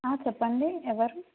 చెప్పండి ఎవరు